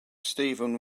steven